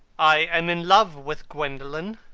i am in love with gwendolen.